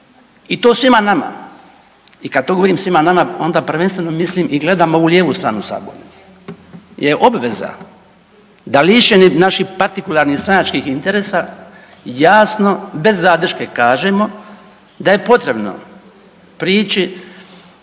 I to svima nama i kada to govorim svima nama onda prvenstveno mislim i gledam ovu lijevu stranu sabornice je obveza da lišeni naši partikularnih stranačkih interesa jasno bez zadrške kažemo da je potrebno prići